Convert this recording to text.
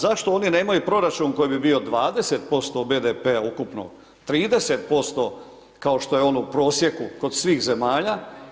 Zašto oni nemaju proračun koji bi bio 20% BDP-a ukupnog, 30% kao što je on u prosjeku kod svih zemalja?